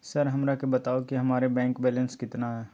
Sir हमरा के बताओ कि हमारे बैंक बैलेंस कितना है?